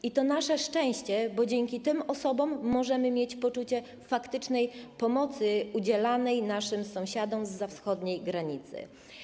I to nasze szczęście, bo dzięki tym osobom możemy mieć poczucie faktycznej pomocy udzielanej naszym sąsiadom zza wschodniej granicy.